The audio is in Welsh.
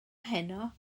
heno